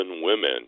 women